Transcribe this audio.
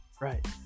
Right